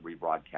rebroadcast